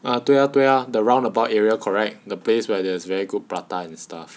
啊对啊对啊 the round about area correct the place where there is very good prata and stuff